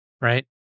right